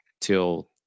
till